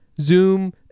zoom